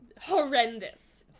horrendous